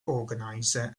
organiser